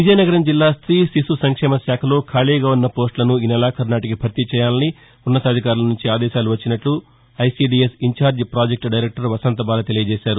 విజయనగరం జిల్లా ప్రీ శిశు సంక్షేమ శాఖలో ఖాళీగా ఉన్న పోస్టులను ఈ నెలాఖరు నాటికి భర్తీ చేయాలని ఉన్నతాధికారుల నుంచి ఆదేశాలు వచ్చినట్లు ICDS in-charge project director Vasanthabala తెలియజేశారు